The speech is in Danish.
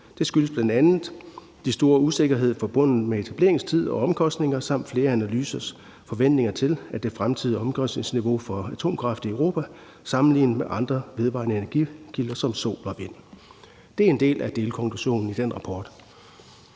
Det skyldes bl.a. den store usikkerhed forbundet med etableringstid og omkostninger samt flere analysers forventninger til det fremtidige omkostningsniveau for atomkraft i Europa sammenlignet med andre vedvarende energikilder som sol og vind. Det er en del af delkonklusionen i den rapport.